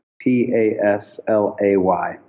P-A-S-L-A-Y